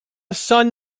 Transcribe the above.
son